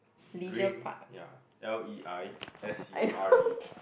green ya L_E_I_S_U_R_E